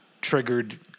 triggered